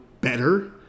better